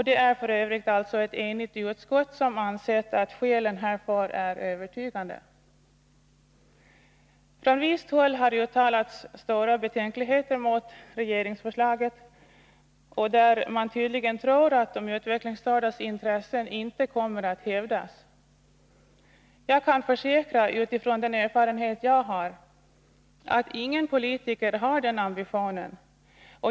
Det är f. ö. ett enigt utskott som ansett att skälen härför är övertygande. Från visst håll har uttalats stora betänkligheter mot regeringsförslaget. Man tror tydligen att de utvecklingsstördas intressen inte kommer att hävdas. Jag kan försäkra, utifrån den erfarenhet jag har, att ingen politiker har den ambitionen.